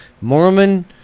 Mormon